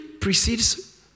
precedes